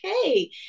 okay